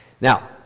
Now